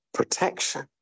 protection